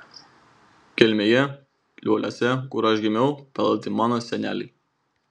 kelmėje lioliuose kur aš gimiau palaidoti mano seneliai